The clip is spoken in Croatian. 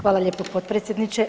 Hvala lijepo, potpredsjedniče.